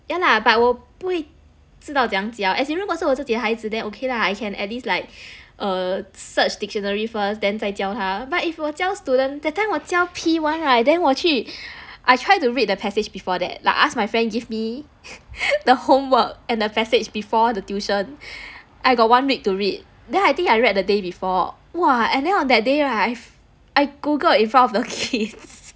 yeah lah but 我不会知道怎样教 as in 如果是我自己的孩子 then okay lah I can at least like err search dictionary first then 再教他 but if 我教 students that time 我教 P one right then 我去 I try to read the passage before that like I ask my friend give me the homework and a passage before the tuition I got one week to read then I think I read the day before !wah! and then on that day right I googled in front of the kid